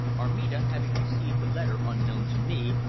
armida, having received the letter unknown to me,